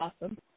Awesome